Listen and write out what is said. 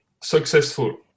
successful